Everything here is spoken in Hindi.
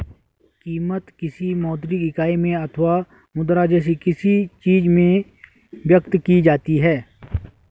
कीमत, किसी मौद्रिक इकाई में अथवा मुद्रा जैसी किसी चीज में व्यक्त की जाती है